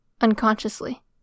unconsciously